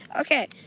Okay